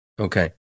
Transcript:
Okay